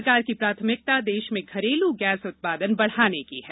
सरकार की प्राथमिकता देश में घरेलू गैस उत्पादन बढ़ाने की है